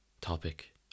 topic